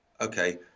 okay